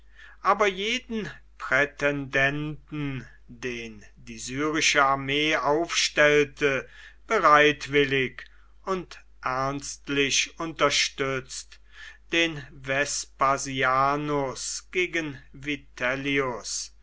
aber jeden prätendenten den die syrische armee aufstellte bereitwillig und ernstlich unterstützt den vespasianus gegen